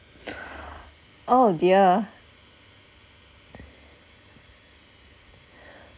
oh dear